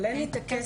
אבל אין לי את הכסף